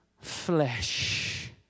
flesh